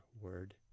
Word